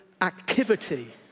activity